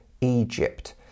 Egypt